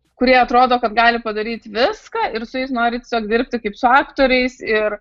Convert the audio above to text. kurie atrodo kad gali padaryti viską ir su jais nori tiesiog dirbti kaip su aktoriais ir